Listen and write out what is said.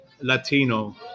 Latino